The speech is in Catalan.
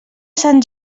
sant